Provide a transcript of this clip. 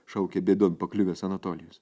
šaukė bėdon pakliuvęs anatolijus